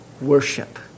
worship